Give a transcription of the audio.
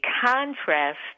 contrast